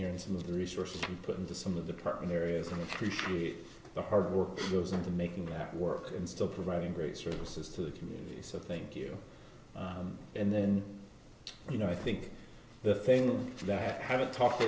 and some of the resources you can put into some of the partner areas and appreciate the hard work goes into making that work and still providing great services to the community so thank you and then you know i think the thing that i haven't talked